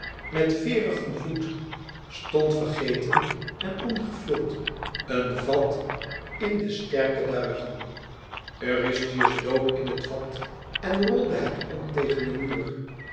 met veerigen voet stond vergeten en ongevuld een vat in de sterke duigen eurystheus dook in het vat en rolde het om tegen den muur